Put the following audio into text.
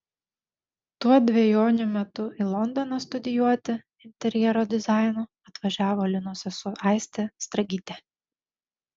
tuo dvejonių metu į londoną studijuoti interjero dizaino atvažiavo linos sesuo aistė stragytė